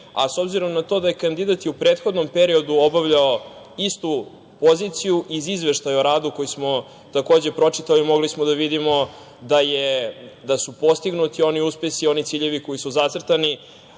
a s obzirom na to da je kandidat i u prethodnom periodu obavljao istu poziciju iz izveštaja o radu, koji smo takođe pročitali, mogli smo da vidimo da su postignuti oni uspesi, oni ciljevi koji su zacrtani,